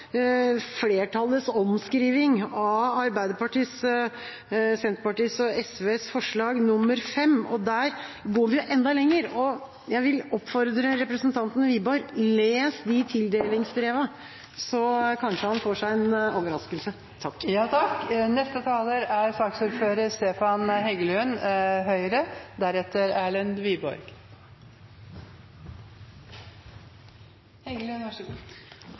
flertallets omskriving av Arbeiderpartiets, Senterpartiets og SVs forslag nr. 5, og der går vi enda lenger. Jeg vil oppfordre representanten Wiborg: Les tildelingsbrevene, så kanskje han får seg en overraskelse! Vi kjenner alle historien om hvordan Nav kom til, og det er